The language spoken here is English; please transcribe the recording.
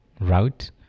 route